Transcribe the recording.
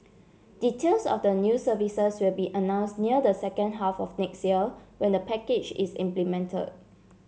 details of the new services will be announce near the second half of next year when the package is implemented